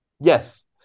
Yes